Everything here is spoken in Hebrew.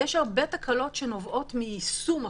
יש הרבה תקלות שנובעות מיישום החוק,